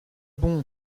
bon